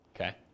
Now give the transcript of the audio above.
Okay